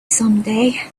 someday